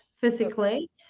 physically